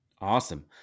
Awesome